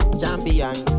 champion